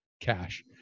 cash